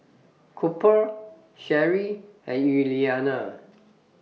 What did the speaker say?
Cooper Sheri and Yuliana